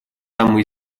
самые